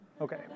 Okay